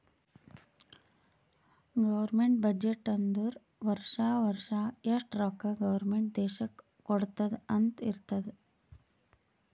government budget ಅಂದುರ್ ವರ್ಷಾ ವರ್ಷಾ ಎಷ್ಟ ರೊಕ್ಕಾ ಗೌರ್ಮೆಂಟ್ ದೇಶ್ಕ್ ಕೊಡ್ತುದ್ ಅಂತ್ ಇರ್ತುದ್